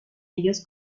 ellos